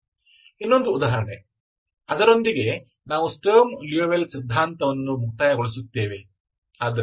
ಇನ್ನೊಂದು ಉದಾಹರಣೆ ಅದರೊಂದಿಗೆ ನಾವು ಸ್ಟರ್ಮ್ ಲಿಯೋವಿಲ್ಲೆ ಸಿದ್ಧಾಂತವನ್ನು ಮುಕ್ತಾಯಗೊಳಿಸುತ್ತೇವೆ